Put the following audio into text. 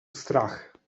strach